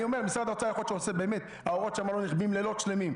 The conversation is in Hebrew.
במשרד האוצר האורות לא כבים לילות שלמים,